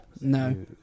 no